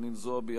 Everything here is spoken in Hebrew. חנין זועבי,